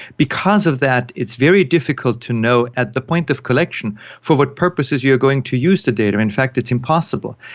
because of that, it's very difficult to know at the point of collection for what purposes you are going to use the data, in fact it's impossible.